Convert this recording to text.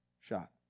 shot